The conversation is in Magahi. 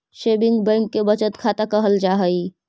सेविंग बैंक के बचत खाता कहल जा हइ